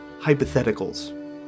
hypotheticals